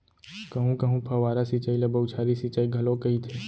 कहूँ कहूँ फव्वारा सिंचई ल बउछारी सिंचई घलोक कहिथे